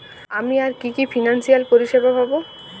আমি আর কি কি ফিনান্সসিয়াল পরিষেবা পাব?